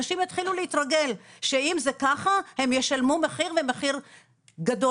אנשים יתחילו להתרגל שאם זה ככה הם ישלמו מחיר ומחיר גבוה.